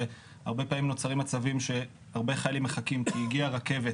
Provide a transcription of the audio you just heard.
הרבה פעמים נוצר מצב שחיילים מחכים כי הגיעה רכבת